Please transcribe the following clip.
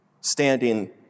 standing